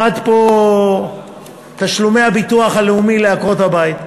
תשלומי הביטוח הלאומי לעקרות-הבית.